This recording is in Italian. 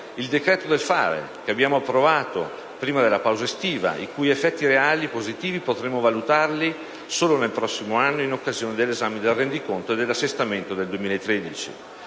il decreto del fare, che abbiamo approvato prima della pausa estiva, i cui effetti reali positivi potremo valutare solo nel prossimo anno, in occasione dell'esame del rendiconto e dell'assestamento del 2013.